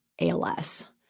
ALS